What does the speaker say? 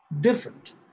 different